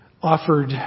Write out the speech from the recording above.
offered